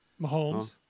Mahomes